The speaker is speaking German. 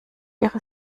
ihre